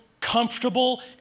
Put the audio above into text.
comfortable